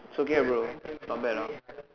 it's okay ah bro not bad ah